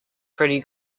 pretty